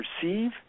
perceive